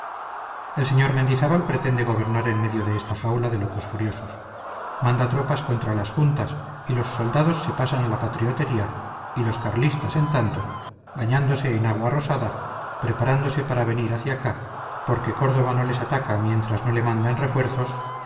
el señor mendizábal pretende gobernar en medio de esta jaula de locos furiosos manda tropas contra las juntas y los soldados se pasan a la patriotería y los carlistas en tanto bañándose en agua rosada preparándose para venir hacia acá porque córdoba no les ataca mientras no le manden refuerzos